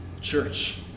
church